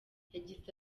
yagize